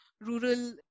rural